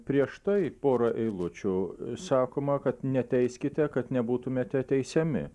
prieš tai porą eilučių sakoma kad neteiskite kad nebūtumėte teisiami